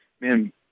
man